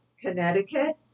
Connecticut